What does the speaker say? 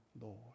Lord